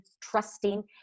trusting